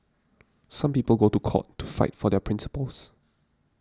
some people go to court to fight for their principles